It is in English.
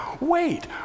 Wait